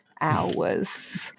hours